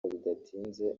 bidatinze